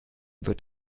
wird